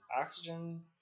oxygen